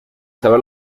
saber